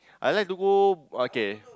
I like to go okay